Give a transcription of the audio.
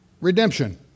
redemption